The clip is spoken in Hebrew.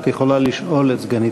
את יכולה לשאול את סגנית